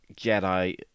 Jedi